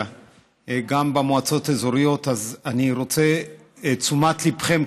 גם במועצות האזורית אני רוצה את תשומת ליבכם,